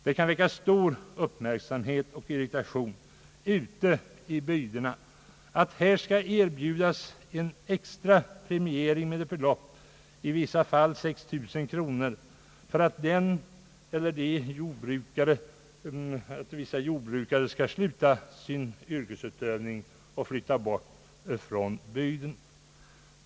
Det kan väcka stor uppmärksamhet och irritation ute i bygderna, att här skall erbjudas en extra premiering med ett belopp på i vissa fall 6 000 kronor för att vissa jordbrukare skall sluta sin yrkesutövning och flytta bort från bygden.